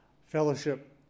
Fellowship